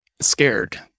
scared